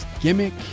gimmick